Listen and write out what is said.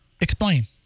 Explain